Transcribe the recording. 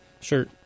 Sure